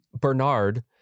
Bernard